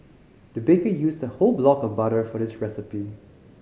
the baker used a whole block of butter for this recipe